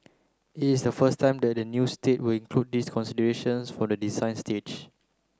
it is the first time that a new estate will include these considerations for the design stage